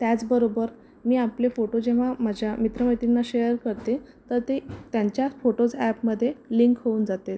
त्याचबरोबर मी आपले फोटो जेव्हा माझ्या मित्र मैत्रिणींना शेअर करते तर ते त्यांच्या फोटोज अॅपमध्ये लिंक होऊन जाते